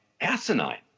asinine